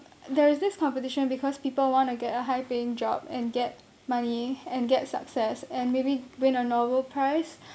there is this competition because people want to get a high paying job and get money and get success and maybe win a nobel prize